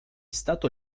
stato